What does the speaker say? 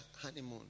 honeymoon